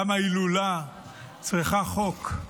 למה הילולה צריכה חוק,